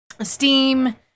steam